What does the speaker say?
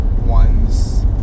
ones